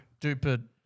Duper